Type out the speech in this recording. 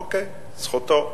אוקיי, זכותו.